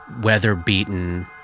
weather-beaten